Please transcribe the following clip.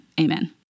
amen